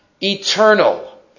eternal